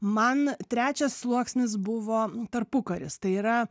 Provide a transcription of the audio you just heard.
man trečias sluoksnis buvo tarpukaris tai yra